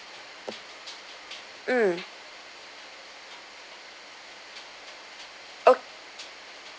mm oh